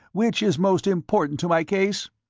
which is most important to my case?